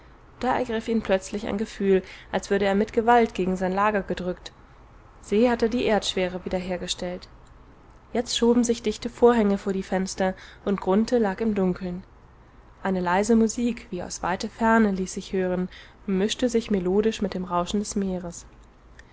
da ergriff ihn plötzlich ein gefühl als würde er mit gewalt gegen sein lager gedrückt se hatte die erdschwere wieder hergestellt jetzt schoben sich dichte vorhänge vor die fenster und grunthe lag im dunkeln eine leise musik wie aus weiter ferne ließ sich hören und mischte sich melodisch mit dem rauschen des meeres